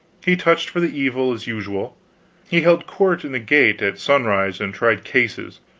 he touched for the evil, as usual he held court in the gate at sunrise and tried cases,